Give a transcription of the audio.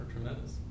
tremendous